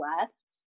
left